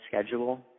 schedule